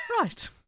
Right